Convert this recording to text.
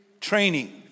training